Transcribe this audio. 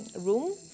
room